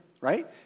right